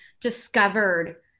discovered